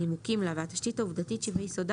הנימוקים לה והתשתית העובדתית שביסודה